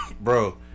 Bro